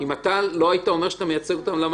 אם לא היית אומר שאתה מייצג אותם למה